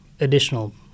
additional